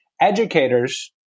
educators